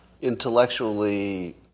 intellectually